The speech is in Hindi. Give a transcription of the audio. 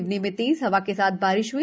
सिवनी में तेज हवा के साथ बारिश हई